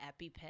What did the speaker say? EpiPen